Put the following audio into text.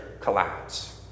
collapse